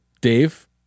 Dave